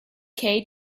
kay